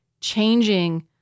changing